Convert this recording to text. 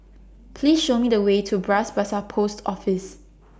Please Show Me The Way to Bras Basah Post Office